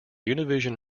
univision